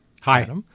Hi